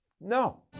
No